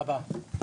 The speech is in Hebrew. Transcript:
תודה רבה.